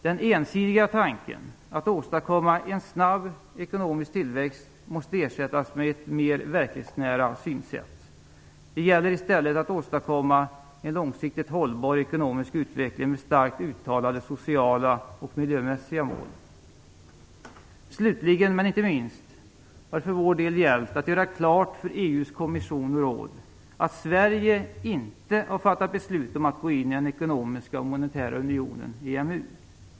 Den ensidiga tanken att åstadkomma en snabb ekonomisk tillväxt måste ersättas med ett mer verklighetsnära synsätt. Det gäller i stället att åstadkomma en långsiktigt hållbar ekonomisk utveckling, med starkt uttalade sociala och miljömässiga mål. Slutligen, men inte minst, har det för vår del gällt att göra klart för EU:s kommission och råd att Sverige inte har fattat beslut om att gå in i den ekonomiska och monetära unionen, EMU.